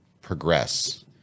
progress